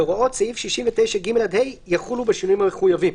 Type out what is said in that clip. והוראות סעיף 69(ג) עד (ה) יחולו בשינויים המחויבים.